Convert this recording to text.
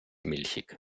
milchig